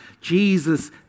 Jesus